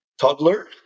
toddler